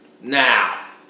Now